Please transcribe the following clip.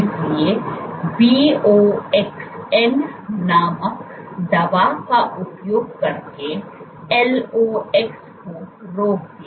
इसलिए BOXN नामक दवा का उपयोग करके LOX को रोक दिया